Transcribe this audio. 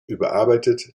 überarbeitet